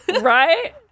Right